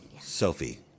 Sophie